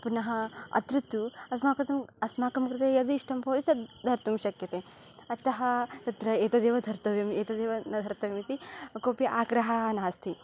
पुनः अत्र तु अस्माकं तु अस्माकं कृते यदिष्टं भवति तद् धर्तुं शक्यते अतः तत्र एतदेव धर्तव्यम् एतदेव न धर्तव्यम् इति कोपि आग्रहः नास्ति